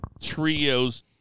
trios